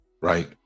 right